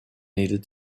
needed